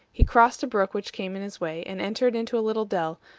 he crossed a brook which came in his way, and entered into a little dell,